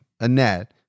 Annette